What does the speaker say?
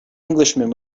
englishman